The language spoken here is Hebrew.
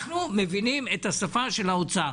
אנחנו מבינים את השפה של האוצר.